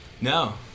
No